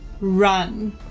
run